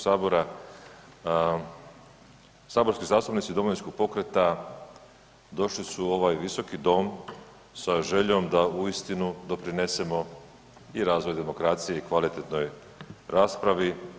Saborski zastupnici Domovinskog pokreta došli su u ovaj visoki dom sa željom da uistinu doprinesemo i razvoju demokracije i kvalitetnoj raspravi.